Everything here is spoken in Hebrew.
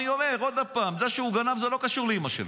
אני אומר עוד פעם: זה שהוא גנב זה לא קשור לאימא שלו.